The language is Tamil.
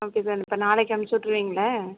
ஓகே சார் இப்போ நாளைக்கு அம்ச்சிவிட்டுருவீங்கல